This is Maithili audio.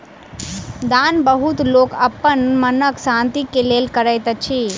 दान बहुत लोक अपन मनक शान्ति के लेल करैत अछि